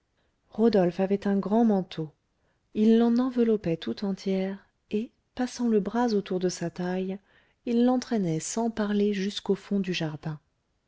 rodolphe avait un grand manteau il l'en enveloppait tout entière et passant le bras autour de sa taille il l'entraînait sans parler jusqu'au fond du jardin